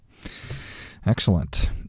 Excellent